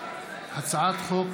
הצעת חוק